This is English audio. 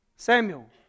Samuel